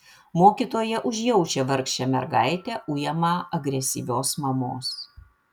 mokytoja užjaučia vargšę mergaitę ujamą agresyvios mamos